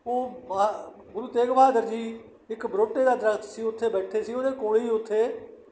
ਉਹ ਬ ਗੁਰੂ ਤੇਗ ਬਹਾਦਰ ਜੀ ਇੱਕ ਬਰੋਟੇ ਦਾ ਦਰਖਤ ਸੀ ਉੱਥੇ ਬੈਠੇ ਸੀ ਉਹਦੇ ਕੋਲ ਹੀ ਉੱਥੇ